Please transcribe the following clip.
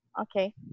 Okay